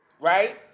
right